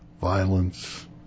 violence